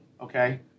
Okay